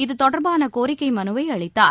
இதுதொடர்பான கோரிக்கை மனுவை அளித்தார்